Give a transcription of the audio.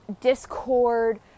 discord